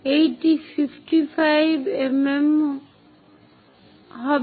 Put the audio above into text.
এইটি 55 মিমি এই হবে